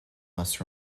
must